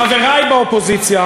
חברי באופוזיציה